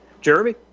Jeremy